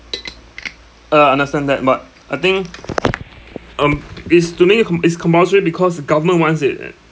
uh understand that but I think um it's to me com it's compulsory because the government wants it and